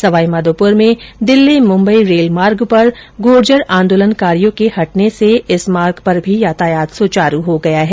सवाई माधोपुर में दिल्ली मुंबई रेल मार्ग पर गुर्जर आंदोलनकरियो के हटने से इस मार्ग पर भी यातायात सुचारू हो गया है